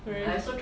very